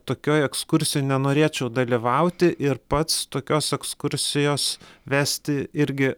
tokioj ekskursijoj nenorėčiau dalyvauti ir pats tokios ekskursijos vesti irgi